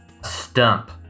Stump